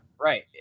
right